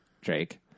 Drake